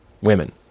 women